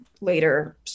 later